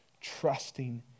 trusting